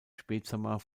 spätsommer